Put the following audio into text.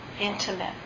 intimate